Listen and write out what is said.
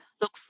look